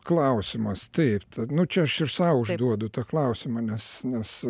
klausimas taip tą nu čia aš ir sau užduodu tą klausimą nes nes